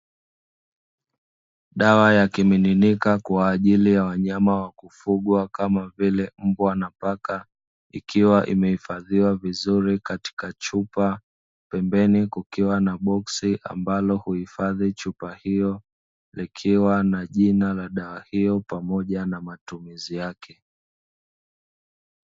Dawa ya kimiminika kwa ajili ya wanyama wa kufugwa kama vile: mbwa na paka ikiwa imeifadhiwa vizuri katika chupa, pembeni kukiwa na boksi ambalo huhifadhi chupa hiyo likiwa na jina ya dawa hiyo pamoja na matumizi yake.